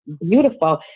beautiful